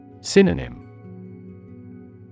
Synonym